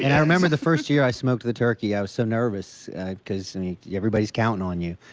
and i remember the first year i smoked the turkey i was so nervous because everybody is counting on you,